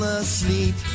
asleep